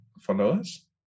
followers